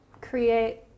create